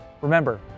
Remember